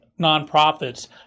nonprofits